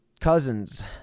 cousins